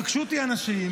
פגשו אותי אנשים,